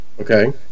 Okay